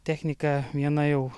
technika viena jau